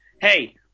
hey